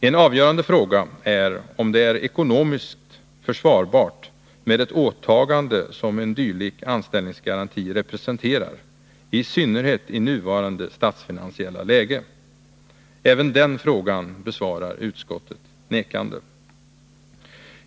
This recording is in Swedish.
En avgörande fråga är om det är ekonomiskt försvarbart med ett åtagande som en dylik anställningsgaranti representerar, i synnerhet i nuvarande statsfinansiella läge. Även den frågan besvarar utskottet nekande.